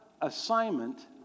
assignment